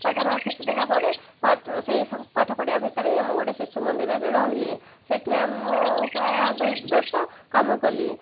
ପାଠ ପଢ଼ିବା କିଛି ଦିନ ପରେ ସେଇ ପାଠ ପଢ଼ିବା ଭିତରେ ହିଁ ମୁଁ ଗୋଟେ ଶିଶୁ ମନ୍ଦିରରେ ରହିଲି ସେଠି ମୁଁ ପ୍ରାୟ ଦୁଇ ବର୍ଷ କାମ କଲି